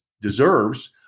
deserves